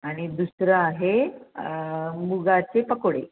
आणि दुसरं आहे मुगाचे पकोडे